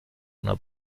una